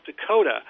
Dakota